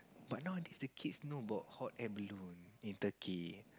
but nowadays the kids know about hot air balloon in Turkey